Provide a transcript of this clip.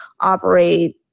operate